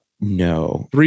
No